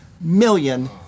million